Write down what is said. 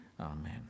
Amen